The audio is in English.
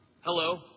Hello